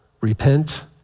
repent